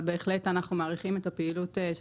אבל בהחלט אנחנו מעריכים את הפעילות של